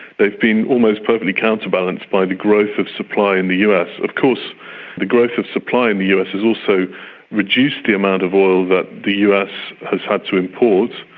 they have been almost perfectly counterbalanced by the growth of supply in the us. of course the growth of supply in the us has also reduced the amount of oil that the us has had to import,